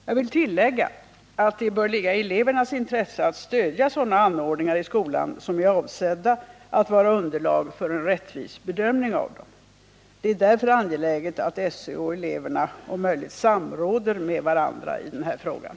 Jag vill tillägga att det bör ligga i elevernas intresse att stödja sådana anordningar i skolan som är avsedda att utgöra underlag för en rättvis bedömning av dem. Det är därför angeläget att SÖ och eleverna om möjligt samråder med varandra i frågan.